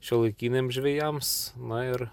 šiuolaikiniams žvejams na ir